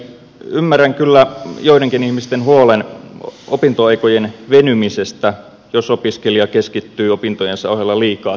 ymmärrän kyllä joidenkin ihmisten huolen opintoaikojen venymisestä jos opiskelija keskittyy opintojensa ohella liikaa työntekoon